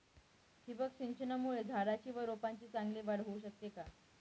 ठिबक सिंचनामुळे झाडाची व रोपांची चांगली वाढ होऊ शकते का?